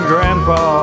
Grandpa